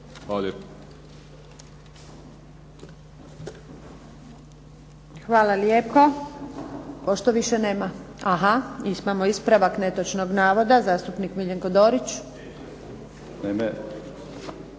Željka (SDP)** Hvala lijepo. Pošto više nema, aha. Imamo ispravak netočnog navoda, zastupnik Miljenko Dorić. **Dorić,